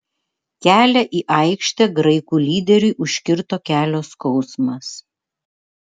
kelią į aikštę graikų lyderiui užkirto kelio skausmas